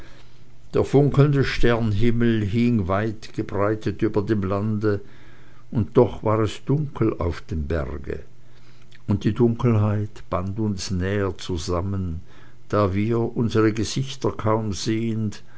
der funkelnde sternhimmel hing weit gebreitet über dem lande und doch war es dunkel auf dem berge und die dunkelheit band uns näher zusammen da wir unsere gesichter kaum sehend